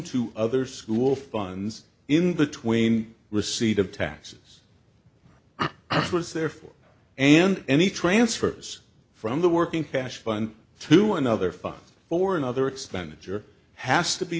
to other school funds in the tween receipt of taxes was therefore and any transfers from the working cash fund to another fund for another expenditure has to be